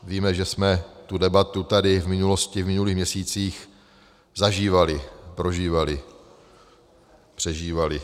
Víme, že jsme tu debatu tady v minulosti, v minulých měsících, zažívali, prožívali, přežívali.